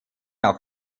auf